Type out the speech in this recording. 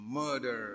murder